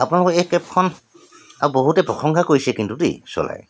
আপোনালোকৰ এই কেবখন বহুতে প্ৰশংসা কৰিছে কিন্তু দেই চলাই